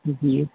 جی